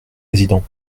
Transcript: président